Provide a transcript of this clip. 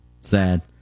Sad